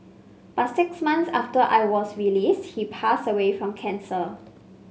but six months after I was released he passed away from cancer